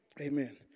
Amen